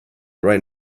right